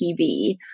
TV